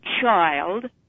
child